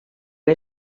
que